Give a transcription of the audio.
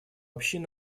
общин